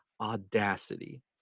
audacity